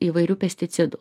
įvairių pesticidų